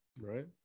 right